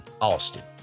Austin